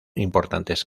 importantes